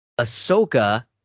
Ahsoka